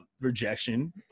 rejection